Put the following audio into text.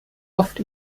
oft